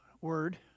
word